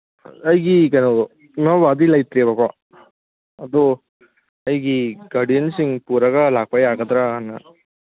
ꯑꯩꯒꯤ ꯀꯩꯅꯣ ꯏꯃꯥ ꯕꯕꯥꯗꯤ ꯂꯩꯇ꯭ꯔꯦꯕꯀꯣ ꯑꯗꯣ ꯑꯩꯒꯤ ꯒꯥꯔꯗꯤꯌꯟꯁꯤꯡ ꯄꯨꯔꯒ ꯂꯥꯛꯄ ꯌꯥꯒꯗ꯭ꯔꯅ